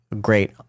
great